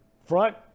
front